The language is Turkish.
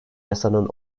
yasanın